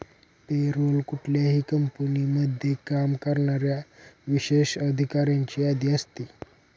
पे role कुठल्याही कंपनीमध्ये काम करणाऱ्या विशेष अधिकाऱ्यांची यादी असते